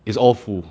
it's all full